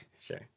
Sure